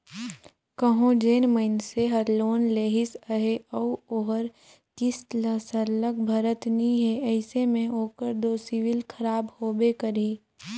कहों जेन मइनसे हर लोन लेहिस अहे अउ ओहर किस्त ल सरलग भरत नी हे अइसे में ओकर दो सिविल खराब होबे करही